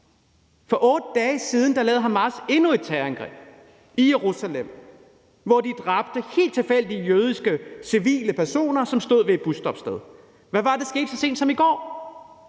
For 8 dage siden lavede Hamas endnu et terrorangreb i Jerusalem, hvor de dræbte helt tilfældige jødiske civile personer, som stod ved et busstoppested. Hvad var det, der skete så sent som i går?